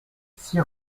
six